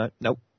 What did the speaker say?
Nope